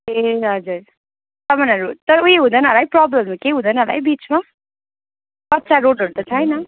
ए हजुर सामानहरू तर ऊ यो हुँदैन होला है ट्रबल त केही हुँदैन होला है बिचमा कच्चा रोडहरू त छैन